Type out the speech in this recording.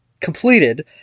completed